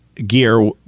gear